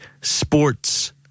sports